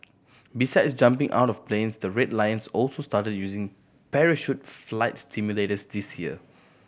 besides jumping out of planes the Red Lions also started using parachute flight simulators this year